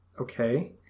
Okay